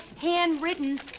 handwritten